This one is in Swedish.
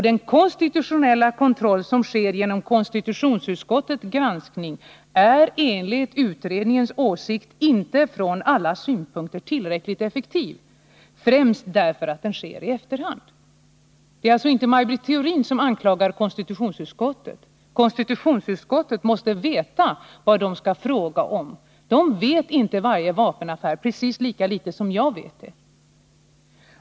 Den konstitutionella kontroll som sker genom konstitutionsutskottets granskning är enligt 1969 års utredning inte ur alla synpunkter tillräckligt effektiv, främst därför att den sker i efterhand. Det är således inte Maj Britt Theorin som anklagar utskottet. I konstitutionsutskottet måste man veta vad man skall fråga om. Man känner där inte till varje vapenaffär, precis lika litet som jag gör det.